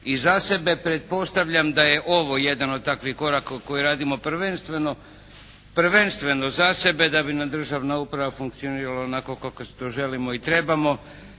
i za sebe. Pretpostavljam da je ovo jedan od takvih koraka koje radimo prvenstveno za sebe da bi nam državna uprava funkcionirala onako kako si to želimo i trebamo